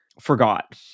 forgot